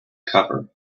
cover